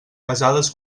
pesades